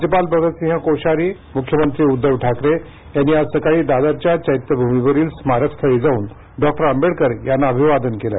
राज्यपाल भगतसिंग कोश्यारी मुख्यमंत्री उद्धव ठाकरे यांनी आज सकाळी दादरच्या चैत्यभूमीवरील स्मारकस्थळी जाऊन डॉक्टर आंबेडकर यांना अभिवादन केलं